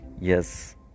Yes